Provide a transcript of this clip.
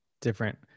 different